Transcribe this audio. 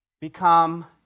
become